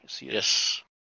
Yes